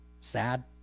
sad